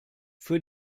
für